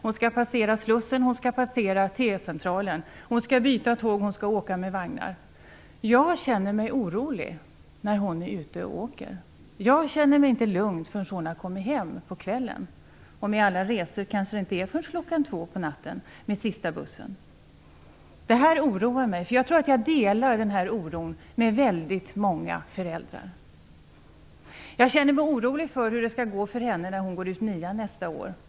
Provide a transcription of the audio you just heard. Hon skall passera Slussen och T-centralen, hon skall byta tåg och åka hit och dit. Jag känner mig orolig när hon är ute och åker. Jag känner mig inte lugn förrän hon har kommit hem på kvällen. Med alla resor kanske det inte blir förrän klockan två på natten med sista bussen. Detta oroar mig, och jag tror att jag delar den oron med väldigt många föräldrar. Jag känner mig orolig för hur det skall gå för henne när hon går ut nian nästa år.